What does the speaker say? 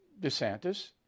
DeSantis